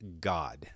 God